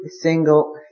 single